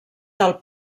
del